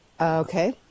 Okay